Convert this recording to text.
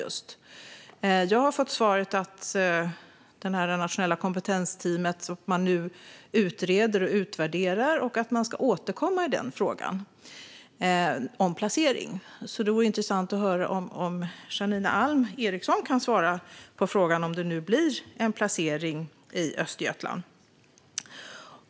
När det gäller det nationella kompetensteamet har jag fått svaret att man utreder och utvärderar och ska återkomma i frågan om placering. Därför vore det intressant att höra om Janine Alm Ericson kan svara på frågan om det blir en placering i Östergötland.